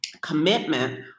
commitment